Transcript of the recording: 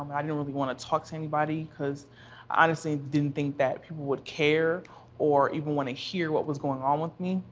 i didn't really want to talk to anybody cause i honestly didn't think that people would care or even want to hear what was going on with me.